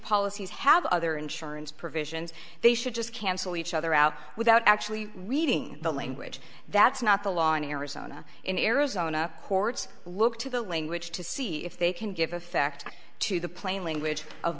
policies have other insurance provisions they should just cancel each other out without actually reading the language that's not the law in arizona in arizona courts look to the language to see if they can give effect to the plain language